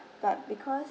but because